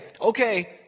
okay